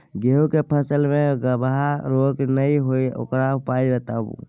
गेहूँ के फसल मे गबहा रोग नय होय ओकर उपाय बताबू?